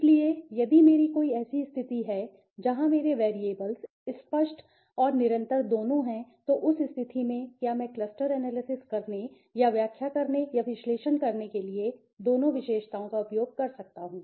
इसलिए यदि मेरी कोई ऐसी स्थिति है जहां मेरे वैरिएबल्स स्पष्ट और निरंतर दोनों हैं तो उस स्थिति में क्या मैं क्लस्टर एनालिसिस करने या व्याख्या करने या विश्लेषण करने के लिए दोनों विशेषताओं का उपयोग कर सकता हूं